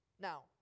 Now